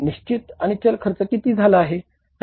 निश्चित आणि चल खर्च किती झाला आहे